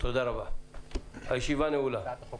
הצעת החוק